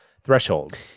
threshold